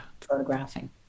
photographing